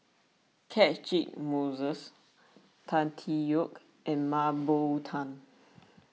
Catchick Moses Tan Tee Yoke and Mah Bow Tan